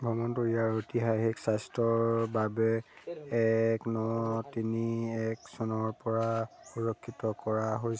ভৱনটো ইয়াৰ ঐতিহাসিক স্বাৰ্থৰ বাবে এক ন তিনি এক চনৰ পৰা সুৰক্ষিত কৰা হৈছে